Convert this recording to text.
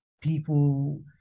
people